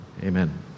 amen